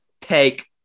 Take